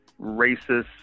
racist